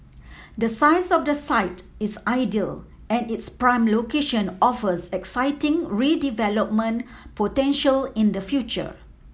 the size of the site is ideal and its prime location offers exciting redevelopment potential in the future